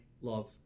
love